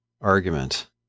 argument